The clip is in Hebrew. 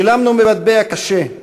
שילמנו במטבע קשה,